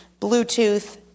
Bluetooth